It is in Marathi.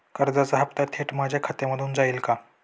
कर्जाचा हप्ता थेट माझ्या खात्यामधून जाईल का?